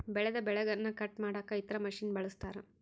ಬೆಳೆದ ಬೆಳೆಗನ್ನ ಕಟ್ ಮಾಡಕ ಇತರ ಮಷಿನನ್ನು ಬಳಸ್ತಾರ